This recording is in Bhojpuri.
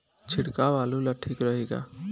छिड़काव आलू ला ठीक रही का?